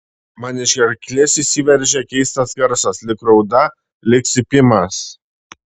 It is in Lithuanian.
man iš gerklės išsiveržia keistas garsas lyg rauda lyg cypimas